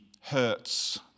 hurts